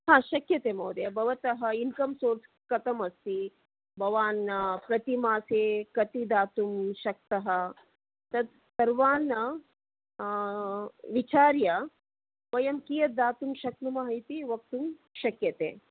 हा शक्यते महोदय भवतः इन्कम् सोर्स् कथमस्ति भवान् प्रतिमासे कति दातुं शक्तः तत् सर्वान् विचार्य वयं कियत् दातुं शक्नुमः इति वक्तुं शक्यते